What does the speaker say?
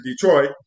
Detroit